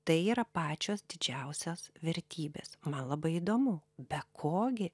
tai yra pačios didžiausios vertybės man labai įdomu be ko gi